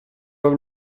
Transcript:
pas